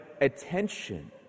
attention